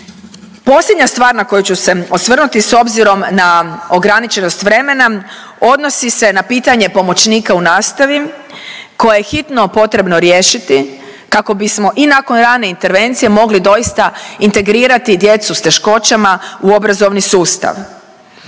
Posljednja stvar na koju ću se osvrnuti s obzirom na ograničenost vremena odnosi se na pitanje pomoćnika u nastavi koje je hitno potrebno riješiti kako bismo i nakon rane intervencije mogli doista integrirati djecu s teškoćama u obrazovni sustav.